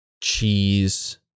cheese